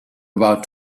about